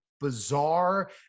bizarre